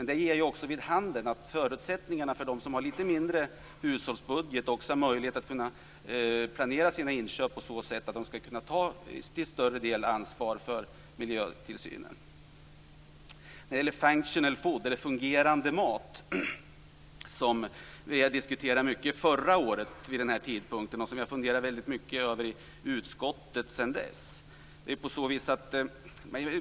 Det ger vid handen att förutsättningarna för dem som har litet mindre hushållsbudget för att kunna planera sina inköp på så sätt att de skall kunna ta en större del av ansvaret för miljötillsynen. Fungerande mat, som det kallas, diskuterade vi mycket förra året vid den här tidpunkten, och vi har funderat kring den mycket även i utskottet sedan dess.